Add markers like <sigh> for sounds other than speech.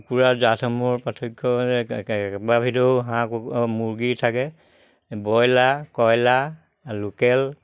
কুকুৰা জাতসমূহৰ পাৰ্থক্য <unintelligible> হাঁহ কুকুৰা মুৰ্গী থাকে ব্ৰইলাৰ কয়লা লোকেল